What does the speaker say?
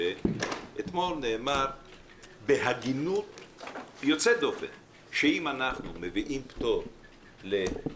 אתמול נאמר בהגינות יוצאת דופן שאם אנחנו כקואליציה מביאים פטור להצעת